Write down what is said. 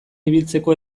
ibiltzeko